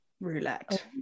roulette